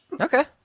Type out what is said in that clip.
Okay